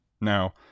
Now